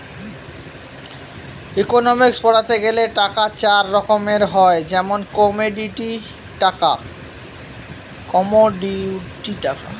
economics পড়তে গেলে টাকা চার রকম হয় যেমন কমোডিটি টাকা